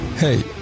Hey